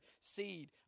seed